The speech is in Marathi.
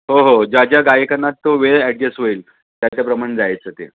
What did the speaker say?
हो हो ज्या ज्या गायकांना तो वेळ ॲडजस्ट होईल त्याच्याप्रमाणे जायचं ते